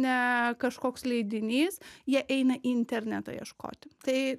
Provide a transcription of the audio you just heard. ne kažkoks leidinys jie eina į internetą ieškoti tai